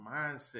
mindset